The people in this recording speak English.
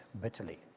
bitterly